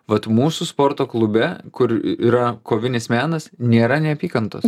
vat mūsų sporto klube kur yra kovinis menas nėra neapykantos